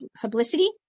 publicity